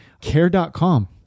care.com